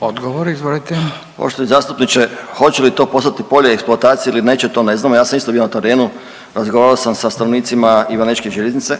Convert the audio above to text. Odgovor izvolite. **Pavić, Željko (Socijaldemokrati)** Poštovani zastupniče. Hoće li to postati polje eksploatacije ili neće, to ne znamo. Ja sam isto bio na terenu, razgovarao sam sa stanovnicima Ivanečke Željeznice,